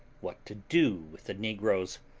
what to do with the negroes.